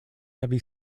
heavy